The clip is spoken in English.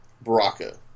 Baraka